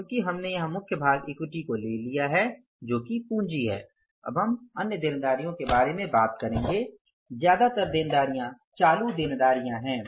क्योंकि हमने मुख्य भाग इक्विटी को लिया है जो कि पूंजी है अब हम देनदारियों के बारे में बात करेंगे ज़्यादातर देनदारियों चालू देनदारियों हैं